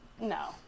No